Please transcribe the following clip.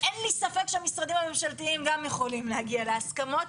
אין לי ספק שהמשרדים הממשלתיים גם יכולים להגיע להסכמות.